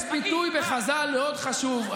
יש ביטוי בחז"ל מאוד חשוב,